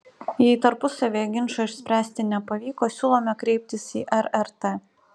jei tarpusavyje ginčo išspręsti nepavyko siūlome kreiptis į rrt